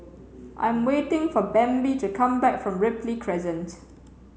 I'm waiting for Bambi to come back from Ripley Crescent